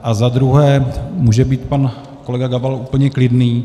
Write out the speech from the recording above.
A za druhé může být pan kolega Gabal úplně klidný.